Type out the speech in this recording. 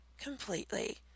Completely